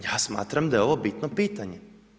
Ja smatram da je ovo bitno pitanje.